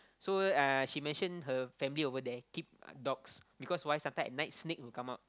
so uh she mentioned her family over there keep dogs because why sometime at night snake will come out